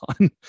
on